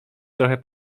trochę